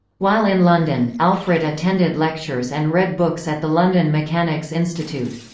while in london, alfred attended lectures and read books at the london mechanics institute.